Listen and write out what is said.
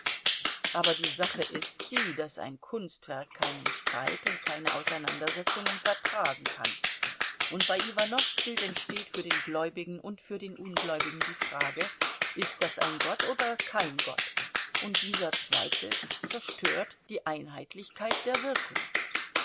aber die sache ist die daß ein kunstwerk keinen streit und keine auseinandersetzungen vertragen kann und bei iwanows bild entsteht für den gläubigen und für den ungläubigen die frage ist das ein gott oder kein gott und dieser zweifel zerstört die einheitlichkeit der wirkung